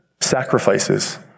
sacrifices